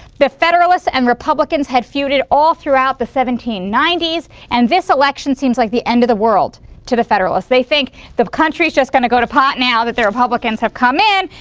the federalists and republicans had feuded all throughout the seventeen ninety s and this election seems like the end of the world to the federalists. they think the country is just going to go to pot now that the republicans have come in,